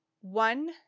one